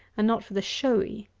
and not for the showy.